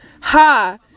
ha